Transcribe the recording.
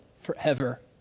forever